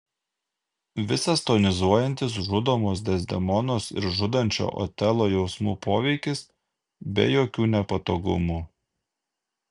visas tonizuojantis žudomos dezdemonos ir žudančio otelo jausmų poveikis be jokių nepatogumų